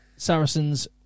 Saracens